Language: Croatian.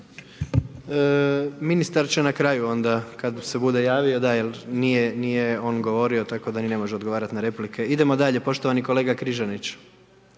Ministar će na kraju onda, kada se bude javio, jer nije on govorio, tako da ni ne može odgovarati na replike. Idemo dalje, poštovani kolega Križanić.